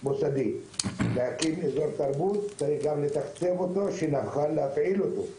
צריך להקים אזור תרבות ולתקצב אותו כדי שנוכל להפעיל אותו.